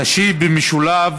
תשיב במשולב